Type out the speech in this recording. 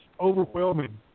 overwhelming